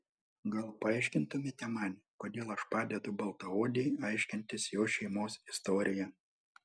gal paaiškintumėte man kodėl aš padedu baltaodei aiškintis jos šeimos istoriją